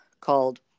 called